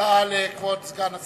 תודה לכבוד סגן השר,